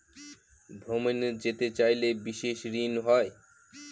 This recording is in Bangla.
ভ্রমণে যেতে চাইলে কোনো বিশেষ ঋণ হয়?